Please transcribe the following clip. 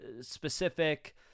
specific